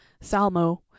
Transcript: salmo